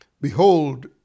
Behold